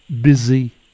busy